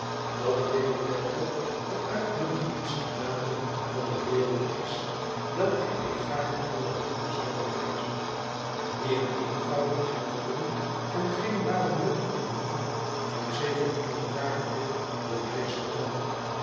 dat lady dedlock de uitmuntendste dame van de wereld is welke ik gaarne alle hulde zou bewijzen die een eenvoudig gentleman en geen baronet met een kop van zevenhonderd jaren dik bewijzen kan